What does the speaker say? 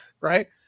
Right